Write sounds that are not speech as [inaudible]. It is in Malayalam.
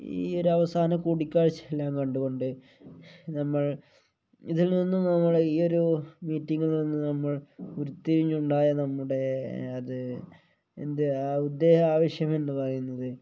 ഈ ഒരു അവസാന കൂടിക്കാഴ്ച എല്ലാം കണ്ടുകൊണ്ട് നമ്മൾ ഇതിൽ നിന്നും നമ്മൾ ഈ ഒരു മീറ്റിങ്ങിൽ നിന്ന് നമ്മൾ ഉരിത്തിരിഞ്ഞു ഉണ്ടായ നമ്മുടെ അത് എന്ത് [unintelligible] ആവശ്യമെന്ന് പറയുന്നത്